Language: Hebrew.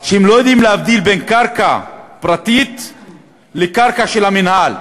שהם לא יודעים להבדיל בין קרקע פרטית לקרקע של המינהל.